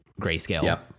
grayscale